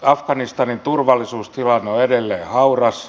afganistanin turvallisuustilanne on edelleen hauras